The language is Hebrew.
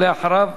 ואחריו,